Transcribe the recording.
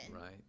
Right